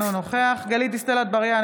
אינו נוכח גלית דיסטל אטבריאן,